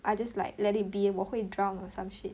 I just like let it be 我会 drown or some shit